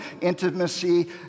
intimacy